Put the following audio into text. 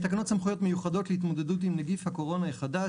תקנות סמכויות מיוחדות להתמודדות עם נגיף הקורונה החדש